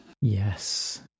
Yes